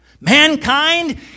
mankind